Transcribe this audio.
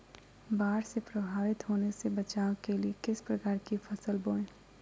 बाढ़ से प्रभावित होने से बचाव के लिए किस प्रकार की फसल बोए?